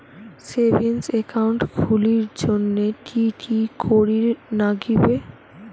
Savings account খুলির জন্যে কি কি করির নাগিবে?